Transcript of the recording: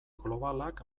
globalak